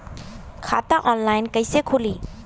खाता ऑनलाइन कइसे खुली?